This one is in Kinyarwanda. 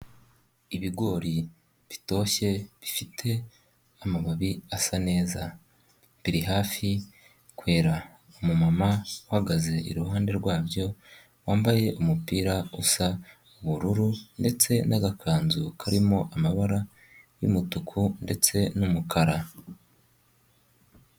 Ibigori bitoshye bifite amababi asa neza, biri hafi kwera, umu mama uhagaze iruhande rwabyo, wambaye umupira usa ubururu ndetse n'agakanzu karimo amabara y'umutuku ndetse n'umukara.